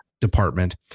Department